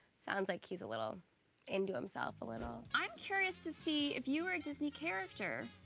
sounds like he's a little into himself a little. i'm curious to see, if you were a disney character,